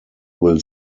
will